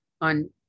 on